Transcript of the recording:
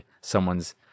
someone's